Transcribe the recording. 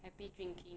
happy drinking